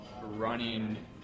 running